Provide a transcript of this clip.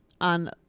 on